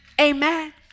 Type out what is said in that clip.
Amen